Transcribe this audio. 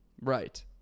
Right